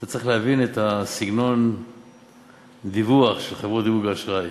אתה צריך להבין את סגנון הדיווח של חברות דירוג האשראי,